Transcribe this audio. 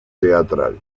teatral